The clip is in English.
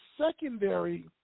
secondary